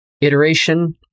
iteration